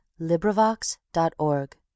LibriVox.org